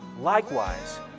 Likewise